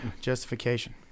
Justification